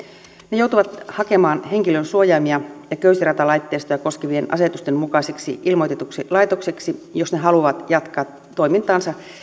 ne joutuvat hakemaan henkilönsuojaimia ja köysiratalaitteistoja koskevien asetusten mukaiseksi ilmoitetuksi laitokseksi jos ne haluavat jatkaa toimintaansa